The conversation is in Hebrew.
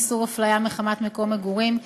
איסור הפליה מחמת מקום מגורים),